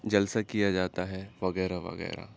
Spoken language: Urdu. جلسہ کیا جاتا ہے وغیرہ وغیرہ